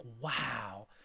wow